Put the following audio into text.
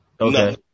Okay